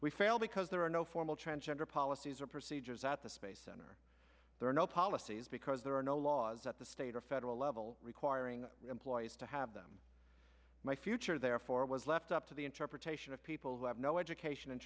we fail because there are no formal transgender policies or procedures at the space center there are no policies because there are no laws at the state or federal level requiring employees to have them my future therefore was left up to the interpretation of people who have no education and